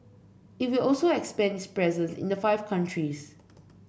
it will also expand its presence in the five countries